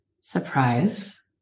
surprise